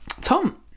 Tom